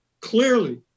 clearly